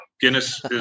Guinness